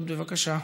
שלוש דקות, בבקשה.